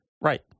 Right